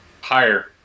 Higher